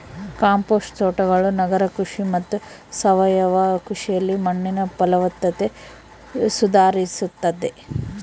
compost ತೋಟಗಳು ನಗರ ಕೃಷಿ ಮತ್ತು ಸಾವಯವ ಕೃಷಿಯಲ್ಲಿ ಮಣ್ಣಿನ ಫಲವತ್ತತೆ ಸುಧಾರಿಸ್ತತೆ